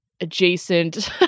adjacent